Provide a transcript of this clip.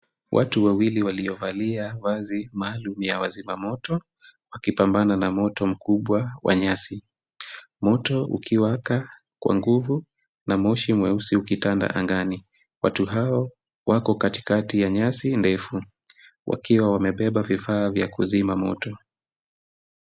Watu wawili waliovalia vazi maalum ya wazima moto wakipambana na moto mkubwa wenye hasira. Moto ukiwaka kwa nguvu na moshi mweusi ukitanda angani. Watu hao wako katikati ya nyasi ndefu wakiwa wamebeba vifaa vya kuzima moto.